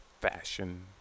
fashion